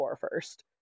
first